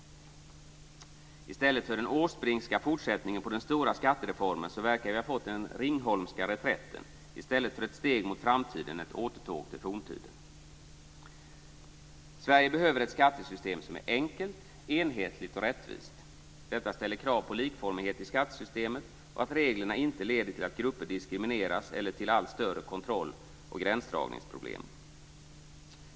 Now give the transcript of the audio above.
I stället för den Åsbrinkska fortsättningen på den stora skattereformen verkar vi ha fått den Ringholmska reträtten, i stället för ett steg mot framtiden ett återtåg till forntiden. Sverige behöver ett skattesystem som är enkelt, enhetligt och rättvist. Detta ställer krav på likformighet i skattesystemet och att reglerna inte leder till att grupper diskrimineras eller till allt större kontrolloch grändsdragningsproblem.